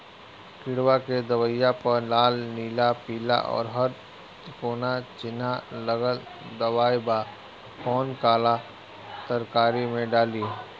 किड़वा के दवाईया प लाल नीला पीला और हर तिकोना चिनहा लगल दवाई बा कौन काला तरकारी मैं डाली?